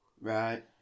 right